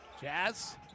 Jazz